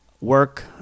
work